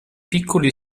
piccoli